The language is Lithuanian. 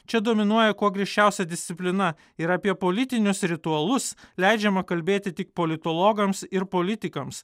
čia dominuoja kuo griežčiausia disciplina ir apie politinius ritualus leidžiama kalbėti tik politologams ir politikams